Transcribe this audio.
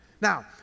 now